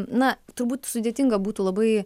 na turbūt sudėtinga būtų labai